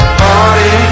party